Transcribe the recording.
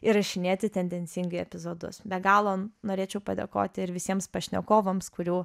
įrašinėti tendencingai epizodus be galo norėčiau padėkoti ir visiems pašnekovams kurių